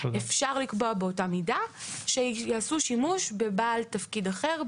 אפשר לקבוע באותה מידה שיעשו שימוש בבעל תפקיד אחר,